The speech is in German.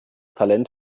talent